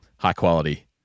high-quality